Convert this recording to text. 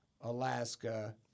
Alaska